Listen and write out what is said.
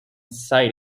side